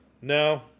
No